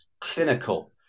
clinical